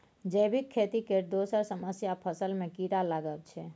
जैबिक खेती केर दोसर समस्या फसल मे कीरा लागब छै